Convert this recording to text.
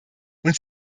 und